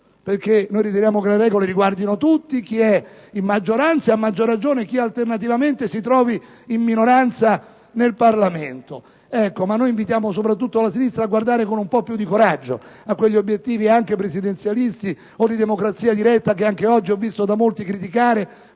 perché riteniamo che le regole riguardino tutti: la maggioranza e, a maggior ragione, chi, alternativamente, si trova in minoranza nel Parlamento. Noi invitiamo soprattutto la sinistra a guardare con più coraggio a quegli obiettivi, anche presidenzialisti o di democrazia diretta, che anche oggi ho sentito da molti criticare